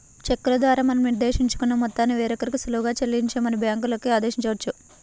చెక్కుల ద్వారా మనం నిర్దేశించుకున్న మొత్తాన్ని వేరొకరికి సులువుగా చెల్లించమని బ్యాంకులకి ఆదేశించవచ్చు